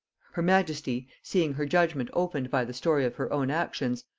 her majesty, seeing her judgement opened by the story of her own actions,